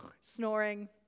snoring